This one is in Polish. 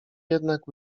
jednak